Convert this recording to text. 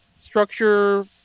structure